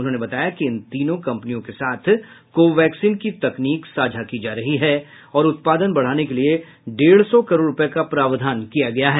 उन्होंने बताया कि इन तीनों कंपनियों के साथ कोवैक्सीन की तकनीक साझा की जा रही है और उत्पादन बढ़ाने के लिए डेढ़ सौ करोड़ रुपये का प्रावधान किया गया है